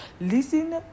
Listen